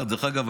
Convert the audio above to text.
דרך אגב,